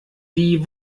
die